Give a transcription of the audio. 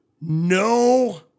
no